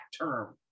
term